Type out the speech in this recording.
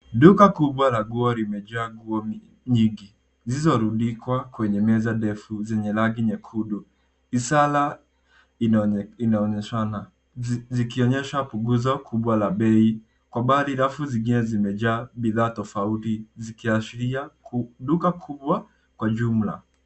Duka kubwa la nguo limejaa nguo nyingi zilizorundikwa kwenye meza ndefu zenye rangi nyekundu. Ishara inaonyeshana zikionyesha punguzo kubwa la bei. Kwa mbali rafu zingine zimejaa bidhaa tofauti zikiashiria duka kubwa kwa jumla.